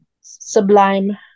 sublime